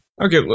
Okay